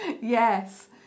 Yes